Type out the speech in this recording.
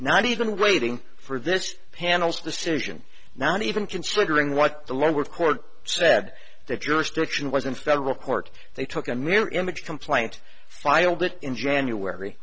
not even waiting for this panel's decision not even considering what the lower court said that jurisdiction was in federal court they took a mirror image complaint filed it in january